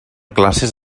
classes